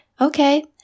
okay